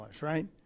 right